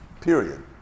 Period